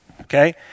Okay